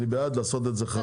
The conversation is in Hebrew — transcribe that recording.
אני בעד לעשות את זה חריג.